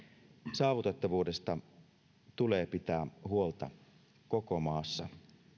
saavutettavuudesta tulee pitää huolta koko maassa